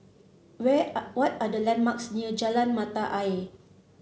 what are the landmarks near Jalan Mata Ayer